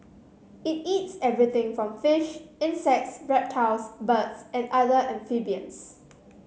it eats everything from fish insects reptiles birds and other amphibians